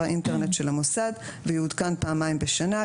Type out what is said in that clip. האינטרנט של המוסד ויעודכן פעמיים בשנה,